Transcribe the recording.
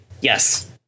Yes